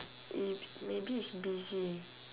if maybe he's busy